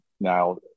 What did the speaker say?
now